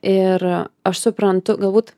ir aš suprantu galbūt